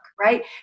right